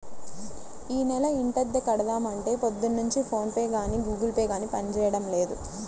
యీ నెల ఇంటద్దె కడదాం అంటే పొద్దున్నుంచి ఫోన్ పే గానీ గుగుల్ పే గానీ పనిజేయడం లేదు